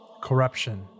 corruption